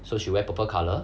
so she wear purple colour